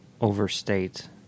overstate